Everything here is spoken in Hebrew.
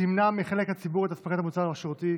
תמנע מחלק מהציבור את הספקת המוצר או השירות הציבורי.